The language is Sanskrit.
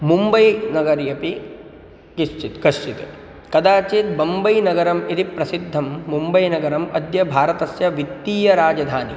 मुम्बै नगरम् अपि कश्चित् कश्चित् कदाचित् बम्बै नगरम् इति प्रसिद्धं मुम्बैनगरम् अद्य भारतस्य वित्तीयराजधानी